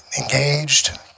engaged